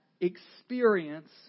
experience